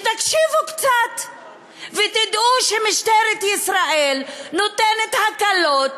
שתקשיבו קצת ותדעו שמשטרת ישראל נותנת הקלות